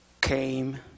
came